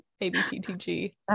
ABTTG